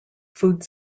food